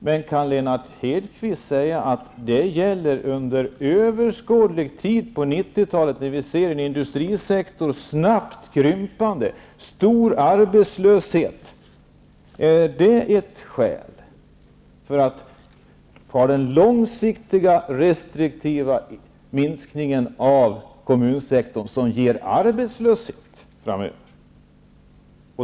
Men kan Lennart Hedquist säga att det gäller under överskådlig tid på 90-talet, när vi har en snabbt krympande industrisektor? Är det ett skäl för en långsiktig minskning av kommunsektorn som ger arbetslöshet framöver?